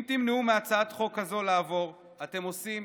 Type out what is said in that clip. אם תמנעו מהצעת חוק הזו לעבור, אתם עושים